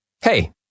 Hey